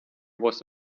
was